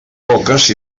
poques